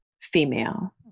female